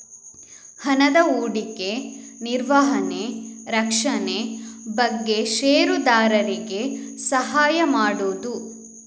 ಹಣದ ಹೂಡಿಕೆ, ನಿರ್ವಹಣೆ, ರಕ್ಷಣೆ ಬಗ್ಗೆ ಷೇರುದಾರರಿಗೆ ಸಹಾಯ ಮಾಡುದು